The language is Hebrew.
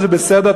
זה בסדר,